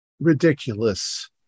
ridiculous